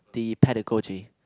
the pedagogy